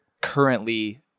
currently